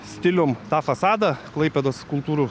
stilium tą fasadą klaipėdos kultūrų